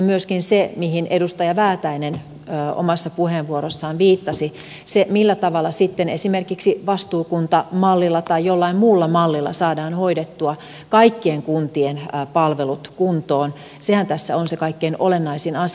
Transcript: myöskin se mihin edustaja väätäinen omassa puheenvuorossaan viittasi millä tavalla sitten esimerkiksi vastuukuntamallilla tai jollain muulla mallilla saadaan hoidettua kaikkien kuntien palvelut kuntoon sehän tässä on se kaikkein olennaisin asia